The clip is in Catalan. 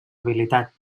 habilitat